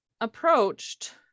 approached